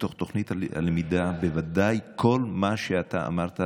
בתוך תוכנית הלמידה בוודאי נמצא כל מה שאתה אמרת.